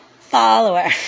Follower